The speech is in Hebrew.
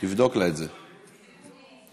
אני מזמין את חבר הכנסת